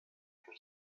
for